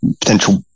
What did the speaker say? potential